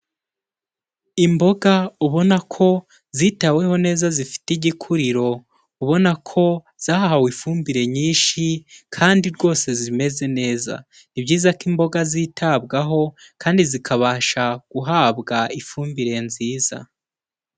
Imboga ubona ko zitaweho neza zifite igikuriro, ubona ko zahawe ifumbire nyinshi kandi rwose zimeze neza, ni byiza ko imboga zitabwaho kandi zikabasha guhabwa ifumbire nziza.